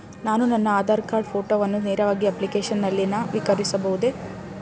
ನಾನು ನನ್ನ ಆಧಾರ್ ಕಾರ್ಡ್ ಫೋಟೋವನ್ನು ನೇರವಾಗಿ ಅಪ್ಲಿಕೇಶನ್ ನಲ್ಲಿ ನವೀಕರಿಸಬಹುದೇ?